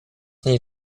niej